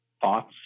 thoughts